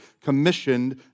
commissioned